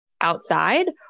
outside